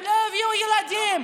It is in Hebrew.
הם לא יביאו ילדים?